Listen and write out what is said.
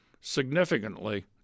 significantly